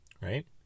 right